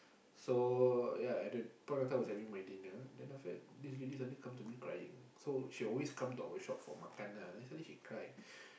so ya at the point of time I was having my dinner then after that this lady suddenly come to me crying so she will always come to our shop for makan ah then suddenly she cried